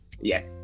Yes